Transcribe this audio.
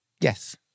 Yes